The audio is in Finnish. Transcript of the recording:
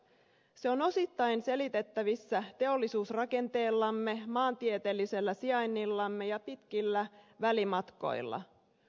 se on osittain selitettävissä teollisuusrakenteellamme maantieteellisellä sijainnillamme ja pitkillä välimatkoilla